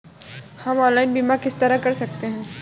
हम ऑनलाइन बीमा किस तरह कर सकते हैं?